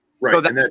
Right